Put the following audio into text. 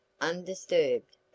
undisturbed